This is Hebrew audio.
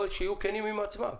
שיהיו כנים עצמם,